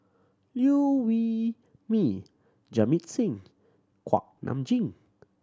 Liew Wee Mee Jamit Singh Kuak Nam Jin